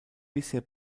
bisher